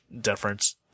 difference